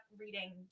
reading